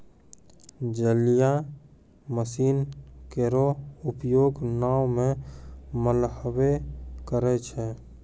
जलीय मसीन केरो उपयोग नाव म मल्हबे करै छै?